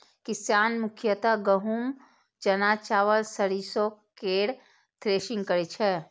किसान मुख्यतः गहूम, चना, चावल, सरिसो केर थ्रेसिंग करै छै